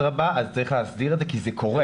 אדרבה, אז צריך להסדיר את זה, כי זה קורה.